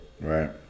Right